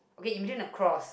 okay imagine a cross